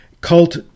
Cult